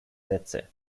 sätze